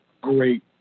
great